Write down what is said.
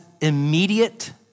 immediate